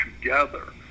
together